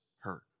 hurt